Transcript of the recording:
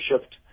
shift